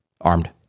Armed